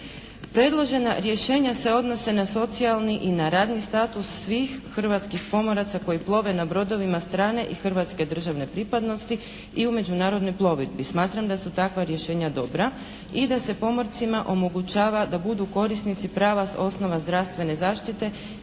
Predložena rješenja se odnose na socijalni i na radni status svih hrvatskih pomoraca koji plove na brodovima strane i hrvatske državne pripadnosti i u međunarodnoj plovidbi. Smatram da su takva rješenja dobra i da se pomorcima omogućava da budu korisnici prava s osnova zdravstvene zaštite